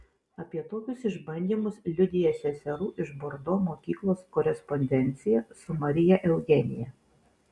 apie tokius išbandymus liudija seserų iš bordo mokyklos korespondencija su marija eugenija